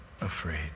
afraid